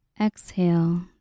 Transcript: exhale